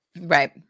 Right